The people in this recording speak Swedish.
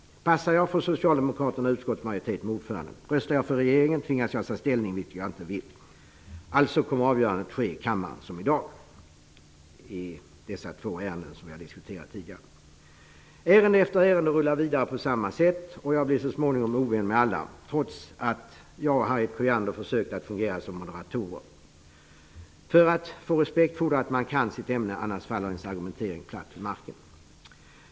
Passar jag, får Socialdemokraterna utskottsmajoritet med ordförandens utslagsröst. Röstar jag med regeringen, tvingas jag ta ställning, vilket jag inte vill. Allså kommer avgörandet att ske i kammaren, som i dag. Det gäller alltså dessa två ärenden som vi har diskuterat tidigare. Ärende efter ärende rullar vidare på samma sätt, och jag blir så småningom ovän med alla, trots att jag och Harriet Colliander försökt att fungera som moderatorer. För att få respekt fordras att man kan sitt ämne, annars faller ens argumentering platt till marken.